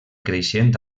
creixent